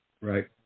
Right